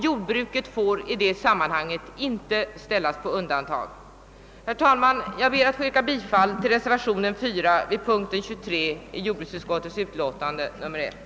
Jordbruket får i det sammanhanget inte ställas på undantag. Herr talman! Jag ber att få yrka bifall till reservationen 4 vid punkten 23 i jordbruksutskottets utlåtande nr 1.